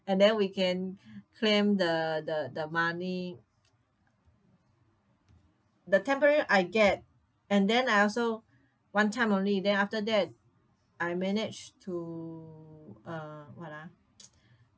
and then we can claim the the the money the temporary I get and then I also one time only then after that I managed to uh what ah